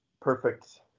perfect –